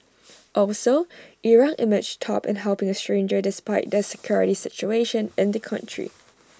also Iraq emerged top in helping A stranger despite the security situation in the country